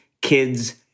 kids